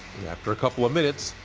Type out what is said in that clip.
after a couple of minutes,